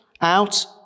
out